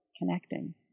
connecting